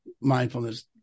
mindfulness